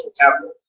capital